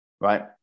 right